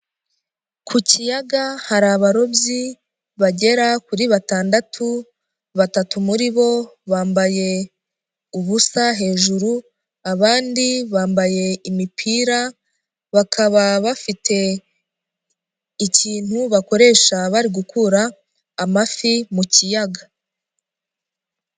Ku kiyaga hari abarobyi, bagera kuri batandatu, batatu muri bo bambaye ubusa hejuru, abandi bambaye imipira, bakaba bafite ikintu bakoresha bari gukura amafi mu kiyaga.